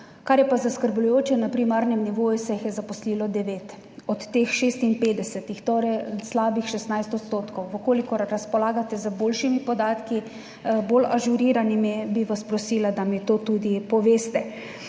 Kar je pa zaskrbljujoče: na primarnem nivoju se jih je zaposlilo devet od teh 56, torej slabih 16 %. Če razpolagate z boljšimi podatki, bolj ažuriranimi, bi vas prosila, da mi to tudi poveste.